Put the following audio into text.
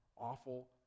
awful